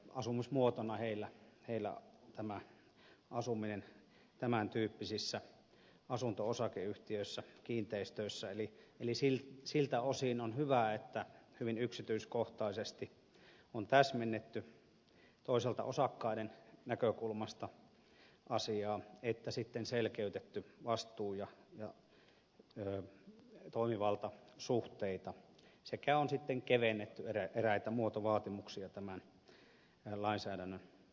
asumismuotona heillä on asuminen tämän tyyppisissä asunto osakeyhtiöissä kiinteistöissä eli siltä osin on hyvä että hyvin yksityiskohtaisesti on täsmennetty toisaalta osakkaiden näkökulmasta asiaa ja toisaalta sitten selkeytetty vastuu ja toimivaltasuhteita ja on sitten kevennetty eräitä muotovaatimuksia tämän lainsäädännön osalta